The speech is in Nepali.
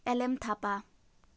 L M Thapa